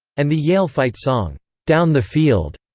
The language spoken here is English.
and the yale fight song, down the field.